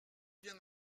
bien